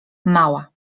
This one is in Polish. mała